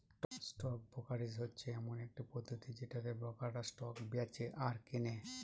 stock brokerage হচ্ছে এমন একটি পদ্ধতি যেটাতে ব্রোকাররা স্টক বেঁচে আর কেনে